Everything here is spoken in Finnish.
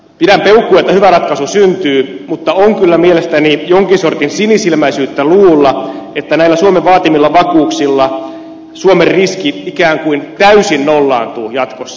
pidän peukkua että hyvä ratkaisu syntyy mutta on kyllä mielestäni jonkin sortin sinisilmäisyyttä luulla että näillä suomen vaatimilla vakuuksilla suomen riski ikään kuin täysin nollaantuu jatkossa